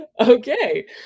Okay